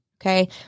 Okay